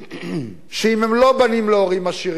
אם הם לא בנים להורים עשירים,